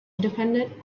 independent